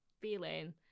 feeling